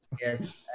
Yes